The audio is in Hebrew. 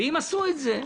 ואם עשו את זה,